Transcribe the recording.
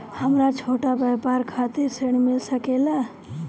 हमरा छोटा व्यापार खातिर ऋण मिल सके ला?